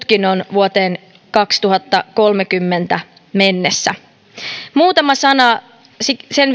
vuoteen kaksituhattakolmekymmentä mennessä muutama sana sen